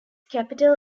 capital